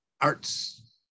arts